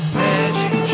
magic